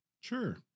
Sure